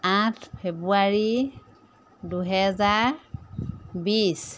আঠ ফেব্ৰুৱাৰী দুহেজাৰ বিছ